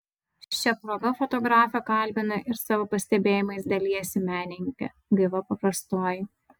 šia proga fotografę kalbina ir savo pastebėjimais dalijasi menininkė gaiva paprastoji